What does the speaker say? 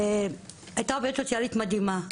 היתה עובדת סוציאלית מדהימה,